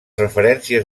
referències